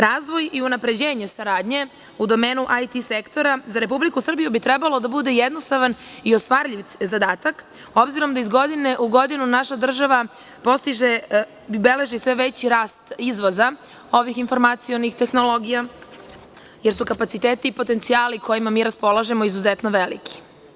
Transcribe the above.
Razvoj i unapređenje saradnje u domenu IT sektora za Republiku Srbiju bi trebalo da bude jednostavan i ostvarljiv zadatak, obzirom da iz godine u godinu naša država postiže, beleži sve veći rast izvoza ovih informacionih tehnologija, jer su kapaciteti i potencijali kojima mi raspolažemo izuzetno veliki.